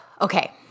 okay